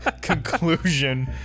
conclusion